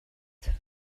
for